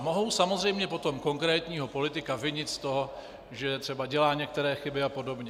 Mohou samozřejmě potom konkrétního politika vinit z toho, že třeba dělá některé chyby a podobně.